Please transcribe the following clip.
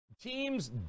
teams